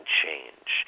change